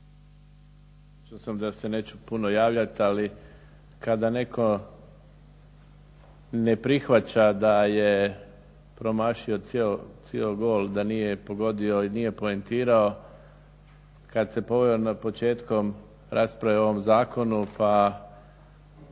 sam da se neću puno javljati ali kada netko ne prihvaća da je promašio cio gol da nije pogodio i da nije poentirao kada se poveo na početku ove rasprave o ovom zakonu pa